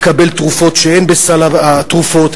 מקבל תרופות שאין בסל התרופות,